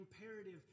imperative